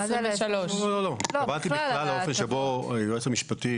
על 23. דיברתי בכלל על האופן שבו היועץ המשפטי